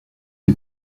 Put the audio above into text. ses